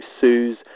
sues